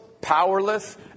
powerless